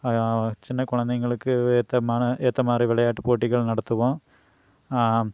சின்ன குழந்தைங்களுக்கு ஏத்ததான ஏற்ற மாதிரி விளையாட்டு போட்டிகள் நடத்துவோம்